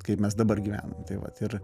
kaip mes dabar gyvenam tai vat ir